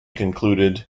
concluded